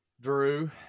Drew